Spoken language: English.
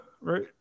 right